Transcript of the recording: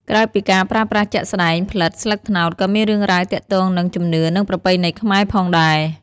ក្រៅពីការប្រើប្រាស់ជាក់ស្តែង ផ្លិតស្លឹកត្នោតក៏មានរឿងរ៉ាវទាក់ទងនឹង ជំនឿនិងប្រពៃណីខ្មែរ ផងដែរ។